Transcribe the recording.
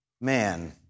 man